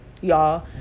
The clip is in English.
y'all